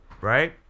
right